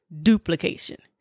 duplication